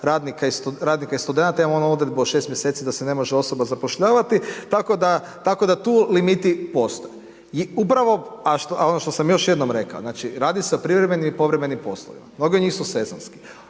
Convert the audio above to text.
radnika i studenata, imamo onu odredbu od 6 mj. da se ne može osoba zapošljavati, tako da tu limiti postoje i upravo a ono što sam još jednom rekao, znači radi se o privremenim i povremenim poslovima, mnogi od njih su sezonski,